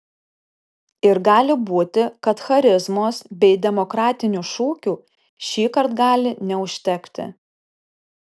ir gali būti kad charizmos bei demokratinių šūkių šįkart gali neužtekti